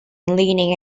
leaning